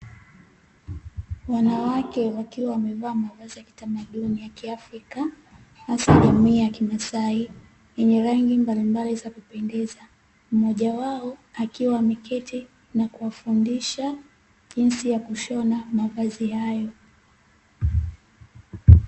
Wanawake wakiwa wamevaa mavazi ya kitamaduni ya kiafrika hasa jamii ya kimasai, yenye rangi mbalimbali za kupendeza mmoja wao akiwa ameketi na kuwafundisha jinsi ya kushona mavazi hayo.